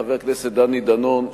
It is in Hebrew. חבר הכנסת דני דנון,